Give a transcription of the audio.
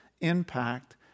impact